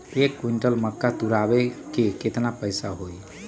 एक क्विंटल मक्का तुरावे के केतना पैसा होई?